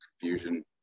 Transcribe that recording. confusion